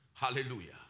Hallelujah